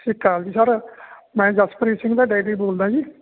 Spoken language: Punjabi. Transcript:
ਸਤਿ ਸ਼੍ਰੀ ਅਕਾਲ ਜੀ ਸਰ ਮੈਂ ਜਸਪ੍ਰੀਤ ਸਿੰਘ ਦਾ ਡੈਡੀ ਬੋਲਦਾਂ ਜੀ